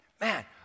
man